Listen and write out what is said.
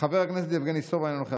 חבר הכנסת איימן עודה,